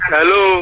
Hello